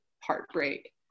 heartbreak